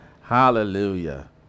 hallelujah